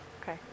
Okay